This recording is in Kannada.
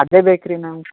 ಅದೇ ಬೇಕು ರಿ ನಂಗೆ